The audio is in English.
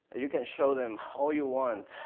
you can show them all you want